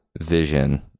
vision